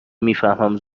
میفهمم